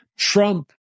Trump